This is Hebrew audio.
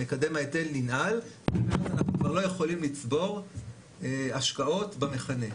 מקדם ההיטל ננעל ולכן אנחנו כבר לא יכולים לצבור השקעות במכנה.